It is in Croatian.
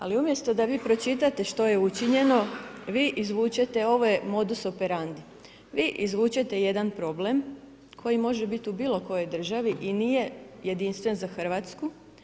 Ali umjesto da vi pročitate što je učinjeno vi izvučete ove modus operandi, vi izvučete jedan problem koji može biti u bilo kojoj državi i nije jedinstven za Hrvatsku.